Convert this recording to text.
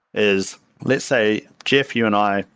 is let's say, jeff, you and i,